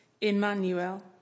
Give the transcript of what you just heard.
Emmanuel